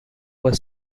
were